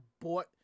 bought